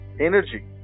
energy